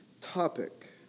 topic